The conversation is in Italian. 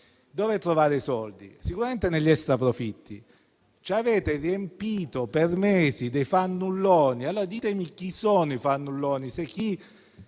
Dove trovare i soldi? Sicuramente negli extraprofitti. Ci avete riempito le orecchie per mesi dei fannulloni, allora ditemi voi: chi sono i fannulloni?